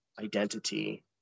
identity